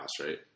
right